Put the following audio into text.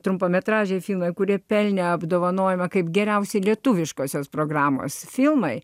trumpametražiai filmai kurie pelnė apdovanojimą kaip geriausi lietuviškosios programos filmai